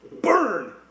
Burn